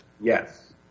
yes